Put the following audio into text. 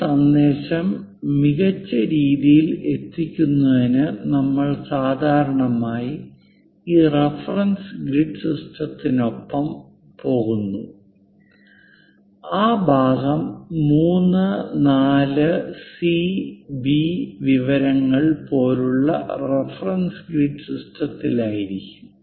ഈ സന്ദേശം മികച്ച രീതിയിൽ എത്തിക്കുന്നതിന് നമ്മൾ സാധാരണയായി ഈ റഫറൻസ് ഗ്രിഡ് സിസ്റ്റത്തിനൊപ്പം പോകുന്നു ആ ഭാഗം 3 4 സി ബി വിവരങ്ങൾ പോലുള്ള റഫറൻസ് ഗ്രിഡ് സിസ്റ്റത്തിലായിരിക്കും